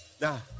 Now